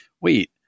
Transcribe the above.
wait